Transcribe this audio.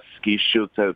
skysčių tad